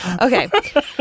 Okay